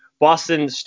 Boston